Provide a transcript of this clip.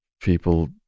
people